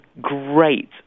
great